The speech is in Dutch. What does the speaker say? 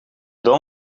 dan